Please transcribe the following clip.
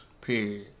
Period